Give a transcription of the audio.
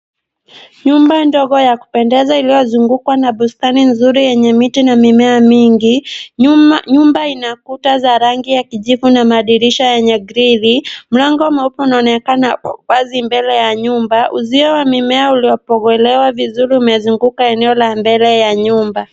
Nyumba ndogo ya kupendeza iliyozungukwa na bustani nzuri yenye miti na mimea mingi. Nyumba ina kuta za rangi ya kijivu na madirisha yenye grili. Mlango mweupe unaonekana wazi mbele ya nyumba. Uzio wa mimea uliyopogolewa vizuri umezunguka eneo la mbele ya nyumba.